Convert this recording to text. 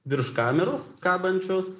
virš kameros kabančios